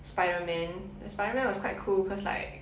spiderman spiderman was quite cool cause like